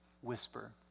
whisper